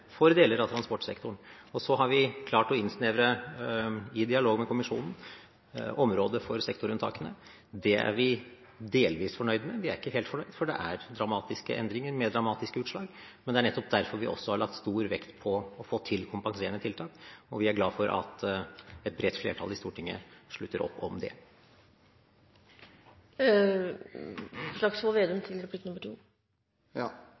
deler av transportsektoren. Vi har også klart – i dialog med kommisjonen – å innsnevre området for sektorunntakene. Det er vi delvis fornøyd med. Vi er ikke helt fornøyd, for det er dramatiske endringer med dramatiske utslag, men det er nettopp derfor vi også har lagt stor vekt på å få til kompenserende tiltak, og vi er glad for at et bredt flertall i Stortinget slutter opp om